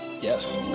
Yes